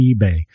eBay